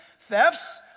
thefts